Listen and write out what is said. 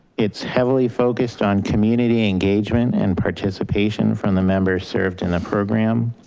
it's heavily focused on community engagement and participation from the members served in the program.